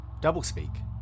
doublespeak